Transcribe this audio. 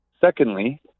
Secondly